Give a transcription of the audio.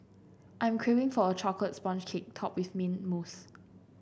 I am craving for a chocolate sponge cake topped with mint mousse